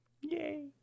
Yay